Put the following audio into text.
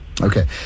Okay